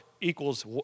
equals